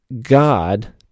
God